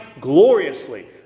gloriously